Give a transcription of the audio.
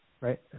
right